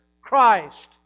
Christ